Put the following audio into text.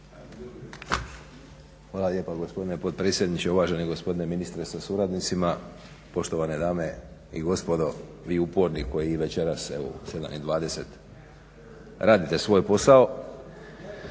Hvala lijepa gospodine potpredsjedniče, uvaženi gospodine ministre sa suradnicima, poštovane dame i gospodo, vi uporni evo koji večeras u sedam i dvadeset radite svoj posao, Klub